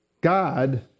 God